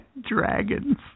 Dragons